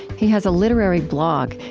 he has a literary blog,